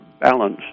balance